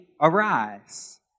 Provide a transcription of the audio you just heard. Arise